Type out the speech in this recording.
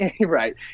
Right